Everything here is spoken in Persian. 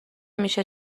میشه